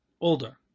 older